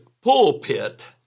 pulpit